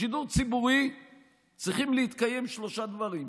בשידור ציבורי צריכים להתקיים שלושה דברים: